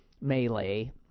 melee